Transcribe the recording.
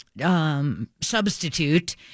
Substitute